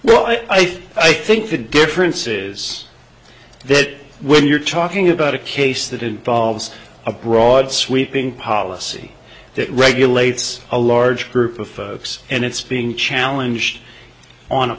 well i think i think the difference is that when you're talking about a case that involves a broad sweeping policy that regulates a large group of folks and it's being challenged on a